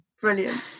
Brilliant